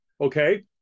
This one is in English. Okay